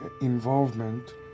involvement